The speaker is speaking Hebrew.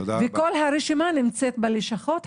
וכל הרשימה נמצאת בלשכות.